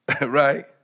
right